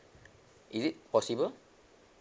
is it possible